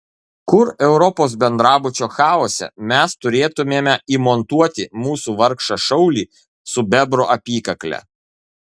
kur europos bendrabučio chaose mes turėtumėme įmontuoti mūsų vargšą šaulį su bebro apykakle